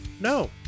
No